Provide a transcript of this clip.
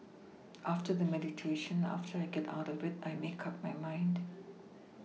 after the meditation after I get out of it I make up my mind